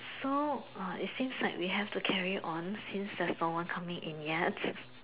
so uh it seems like we have to carry on since there's no one coming in yet